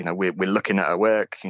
and we're we're looking at her work,